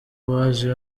waje